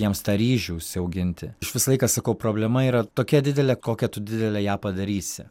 jiems tą ryžių užsiauginti aš visą laiką sakau problema yra tokia didelė kokią tu didelę ją padarysi